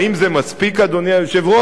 האם זה מספיק, אדוני היושב-ראש?